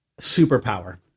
Superpower